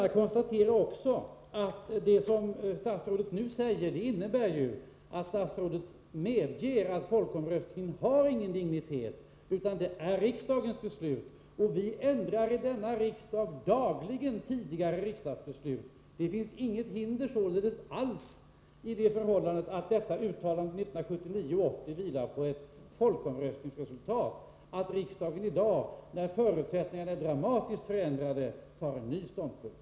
Jag konstaterar vidare av det som statsrådet nu säger att statsrådet medger att folkomröstningen inte har någon dignitet utan att det är riksdagens beslut som har det. Vi ändrar här dagligen tidigare riksdagsbeslut. Det förhållandet att uttalandet från 1979/80 vilar på ett folkomröstningsresultat utgör således inget hinder alls för att riksdagen i dag, när förutsättningarna är dramatiskt förändrade, intar en ny ståndpunkt.